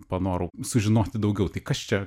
panorau sužinoti daugiau tai kas čia